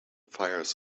fires